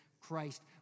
Christ